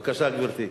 בבקשה, גברתי.